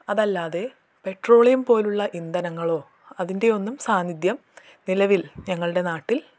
അതല്ലാതെ പെട്രോളിയം പോലുള്ള ഇന്ധനങ്ങളോ അതിൻ്റെ ഒന്നും സാനിധ്യം നിലവിൽ ഞങ്ങളുടെ നാട്ടിൽ